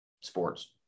sports